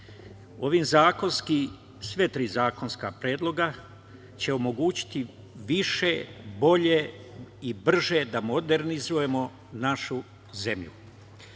Ova sva tri zakonska predloga će omogućiti više, bolje i brže da modernizujemo našu zemlju. Motor